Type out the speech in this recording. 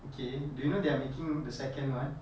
okay you know they are making the second one